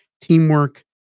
teamwork